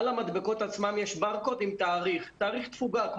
על המדבקות עצמן יש ברקוד עם תאריך תפוגה,